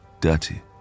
dirty